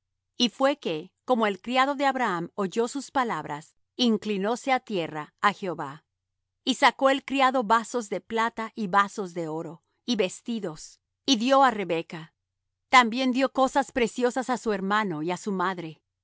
y fué que como el criado de abraham oyó sus palabras inclinóse á tierra á jehová y sacó el criado vasos de plata y vasos de oro y vestidos y dió á rebeca también dió cosas preciosas á su hermano y á su madre